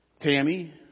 Tammy